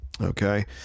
Okay